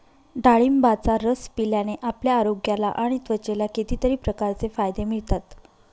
डाळिंबाचा रस पिल्याने आपल्या आरोग्याला आणि त्वचेला कितीतरी प्रकारचे फायदे मिळतात